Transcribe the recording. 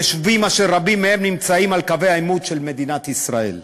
יישובים אשר רבים מהם נמצאים על קווי העימות של מדינת ישראל.